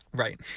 right.